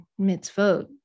mitzvot